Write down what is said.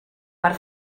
per